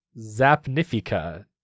Zapnifica